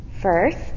first